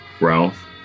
Ralph